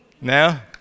Now